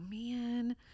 man